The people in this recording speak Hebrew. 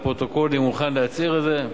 לפרוטוקול, יהיה מוכן להצהיר על זה?